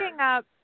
up